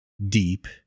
deep